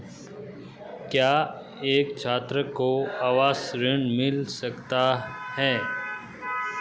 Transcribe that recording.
क्या एक छात्र को आवास ऋण मिल सकता है?